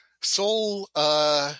Soul –